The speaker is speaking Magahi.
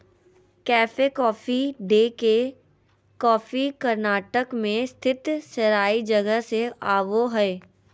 कैफे कॉफी डे के कॉफी कर्नाटक मे स्थित सेराई जगह से आवो हय